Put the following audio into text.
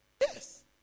Yes